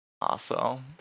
Awesome